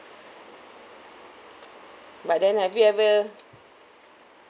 but then have you ever